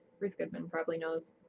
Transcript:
ruth goodman probably knows.